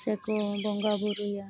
ᱥᱮᱠᱚ ᱵᱚᱸᱜᱟ ᱵᱩᱨᱩᱭᱟ